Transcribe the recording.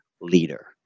leader